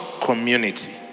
community